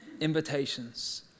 invitations